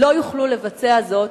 לא יוכלו לבצע זאת,